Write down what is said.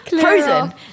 frozen